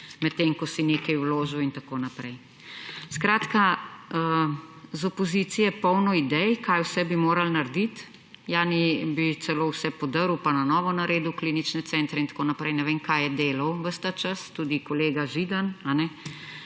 medtem ko si nekaj vložil in tako naprej. Iz opozicije polno idej, kaj vse bi morali narediti. Jani bi celo vse podrl in na novo naredil klinične centre in tako naprej. Ne vem, kaj je delal ves ta čas, tudi kolega Židan. 15 let